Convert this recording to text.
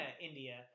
India